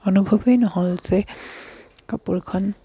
অনুভৱেই নহ'ল যে কাপোৰখন